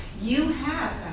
you have